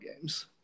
games